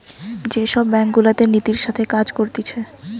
যে সব ব্যাঙ্ক গুলাতে নীতির সাথে কাজ করতিছে